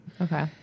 Okay